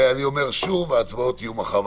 נשמע אותה, ואני אומר שוב, ההצבעות יהיו מחר.